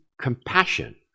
compassion